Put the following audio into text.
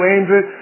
Andrew